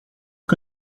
que